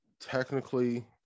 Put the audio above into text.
technically